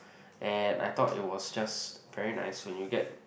and I thought it was just very nice when you get